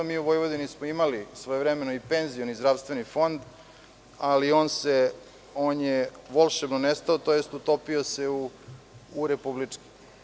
U Vojvodini smo imali svojevremeno i penzioni i zdravstveni fond, ali on je volšebno nestao, tj. utopio se u republički.